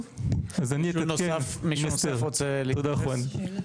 טוב, אז אני --- מישהו נוסף רוצה להתייחס?